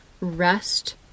rest